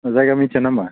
जायगा मिथिया नामा